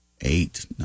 eight